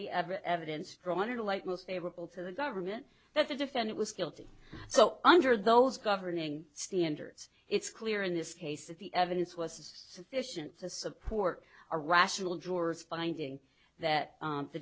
the evidence drawn in the light most favorable to the government that the defendant was guilty so under those governing standards it's clear in this case that the evidence was sufficient to support a rational jurors finding that